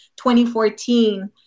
2014